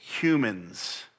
humans